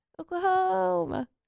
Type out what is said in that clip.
Oklahoma